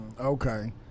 Okay